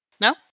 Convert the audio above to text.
No